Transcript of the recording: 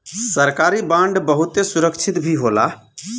सरकारी बांड बहुते सुरक्षित भी होला